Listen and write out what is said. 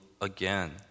again